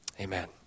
Amen